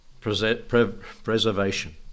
preservation